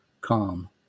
calm